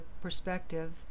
perspective